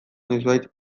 noizbait